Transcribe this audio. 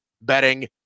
Betting